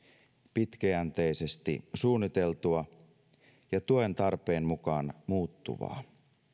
pitkäjänteisesti suunniteltua ja tuen tarpeen mukaan muuttuvaa